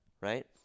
right